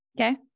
Okay